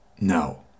No